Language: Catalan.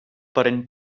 parent